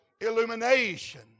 illumination